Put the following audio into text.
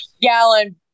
gallon